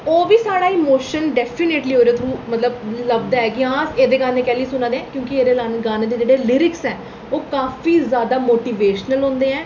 ओह् बी साढ़ा इमोशन डैफिनेटली ओह्दे थ्रू मतलब लभदा ऐ कि हां एह्दे गाने कैह्ली सुनै ने आं की जे एह्दे गाने दे जेह्ड़े लिरिक्स ऐ ओह् काफी जैदा मोटिवेशनल होंदे ऐं